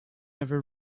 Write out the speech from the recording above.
ever